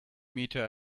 meter